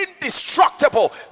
indestructible